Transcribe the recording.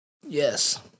Yes